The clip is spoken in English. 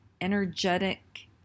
energetic